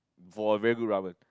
for a very good ramen